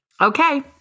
Okay